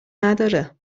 نداره